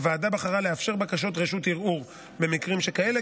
הוועדה בחרה לאפשר בקשות ערעור במקרים שכאלה,